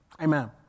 Amen